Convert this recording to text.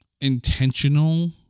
intentional